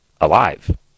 alive